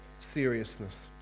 seriousness